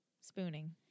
spooning